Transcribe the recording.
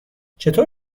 چطور